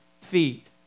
feet